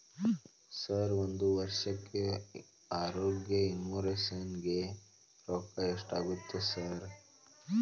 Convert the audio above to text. Sir ಒಂದು ವರ್ಷಕ್ಕೆ ಆರೋಗ್ಯ ಇನ್ಶೂರೆನ್ಸ್ ಗೇ ರೊಕ್ಕಾ ಎಷ್ಟಾಗುತ್ತೆ ಸರ್?